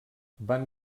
van